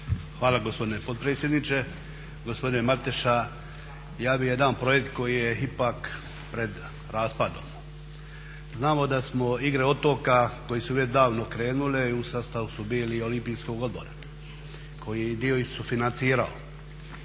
Hvala gospodine potpredsjedniče. Gospodine Mateša, ja bih jedan projekt koji je ipak pred raspadom. Znamo da smo Igre otoka koje u već davno krenule i u sastavu su bili Olimpijskog odbora koji je dio i sufinancirao,